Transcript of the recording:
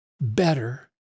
better